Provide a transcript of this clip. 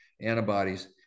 antibodies